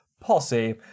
Posse